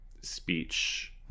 speech